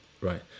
right